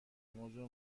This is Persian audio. موضوع